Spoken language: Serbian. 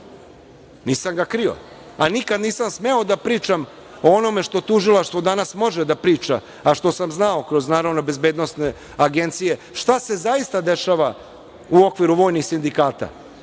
nisam ga krio. Nikad nisam smeo da pričam o onome što Tužilaštvo danas može da priča, a što sam znao kroz, naravno, bezbednosne agencije šta se zaista dešava u okviru vojnih sindikata,